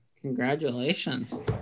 Congratulations